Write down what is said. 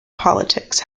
politics